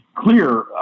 clear